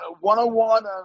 one-on-one